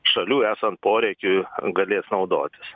šalių esant poreikiui galės naudotis